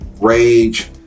rage